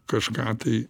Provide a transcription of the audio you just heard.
kažką tai